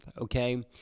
okay